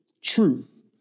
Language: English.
truth